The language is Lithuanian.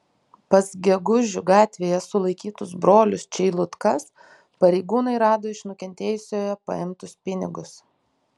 pas gegužių gatvėje sulaikytus brolius čeilutkas pareigūnai rado iš nukentėjusiojo paimtus pinigus